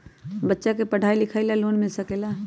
बच्चा के पढ़ाई लिखाई ला भी लोन मिल सकेला?